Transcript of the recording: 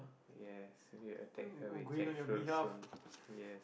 yes when you attack her with jackfruit soon yes